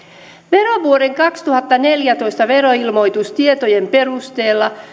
verovuoden kaksituhattaneljätoista veroilmoitustietojen perusteella